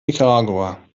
nicaragua